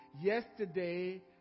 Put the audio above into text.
yesterday